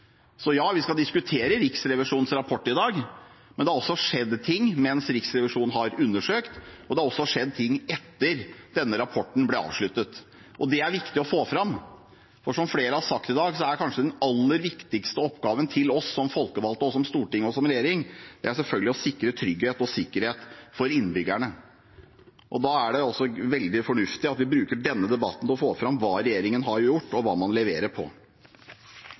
Så ja, vi skal diskutere Riksrevisjonens rapport i dag, men det har også skjedd ting mens Riksrevisjonen har undersøkt, og det har også skjedd ting etter at denne rapporten ble avsluttet. Det er det viktig å få fram, for som flere har sagt her i dag, er selvfølgelig den aller viktigste oppgaven for oss som folkevalgte, som storting og som regjering å sikre trygghet og sikkerhet for innbyggerne. Da er det også veldig fornuftig at vi bruker denne debatten til å få fram hva denne regjeringen har gjort, og hva man leverer på.